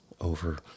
over